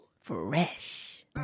Fresh